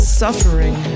suffering